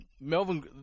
Melvin